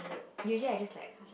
usually I just like